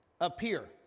Appear